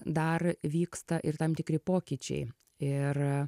dar vyksta ir tam tikri pokyčiai ir